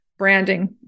branding